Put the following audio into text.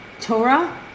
Torah